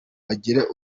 bagire